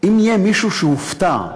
אם יהיה מישהו שהופתע,